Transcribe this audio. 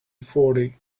fourty